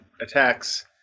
attacks